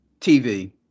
TV